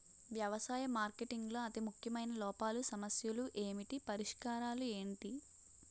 వ్యవసాయ మార్కెటింగ్ లో అతి ముఖ్యమైన లోపాలు సమస్యలు ఏమిటి పరిష్కారాలు ఏంటి?